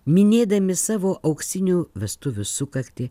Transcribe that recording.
minėdami savo auksinių vestuvių sukaktį